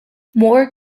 more